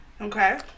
Okay